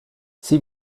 sie